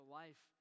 life